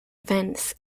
events